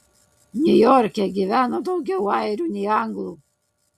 niujorke gyveno daugiau airių nei anglų